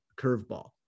curveball